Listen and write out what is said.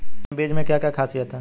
इन बीज में क्या क्या ख़ासियत है?